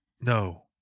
No